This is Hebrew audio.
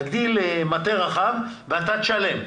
יגדיל למטה רחב, ואתה תשלם.